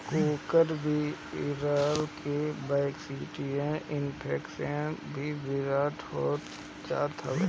कुकूर बिलार के बैक्टीरियल इन्फेक्शन भी हो जात हवे